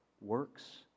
works